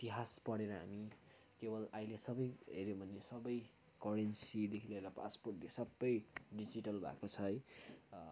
इतिहास पढेर हामी केवल अहिले सबै हेऱ्यो भने सबै करेन्सीदेखि लिएर पासपोर्ट सबै डिजिटल भएको छ है